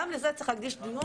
גם לזה צריך להקדיש דיון.